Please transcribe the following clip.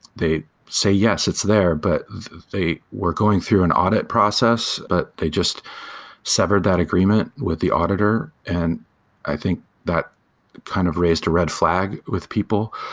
they say, yes. it's there, but they were going through an audit process, but they just severed that agreement with the auditor. and i think that kind of raised a red flag with people.